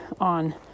on